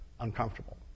uncomfortable